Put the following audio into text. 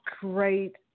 great